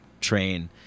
train